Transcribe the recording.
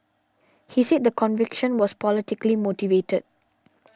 he said the conviction was politically motivated